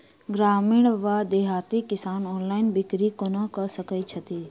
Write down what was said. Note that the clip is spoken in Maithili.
ग्रामीण वा देहाती किसान ऑनलाइन बिक्री कोना कऽ सकै छैथि?